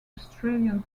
australian